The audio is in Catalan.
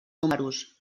números